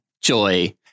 Joy